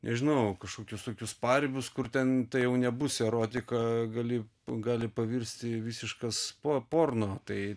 nežinau kažkokius tokius paribius kur ten jau nebus erotika gali gali pavirsti visiškas po porno tai